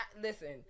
Listen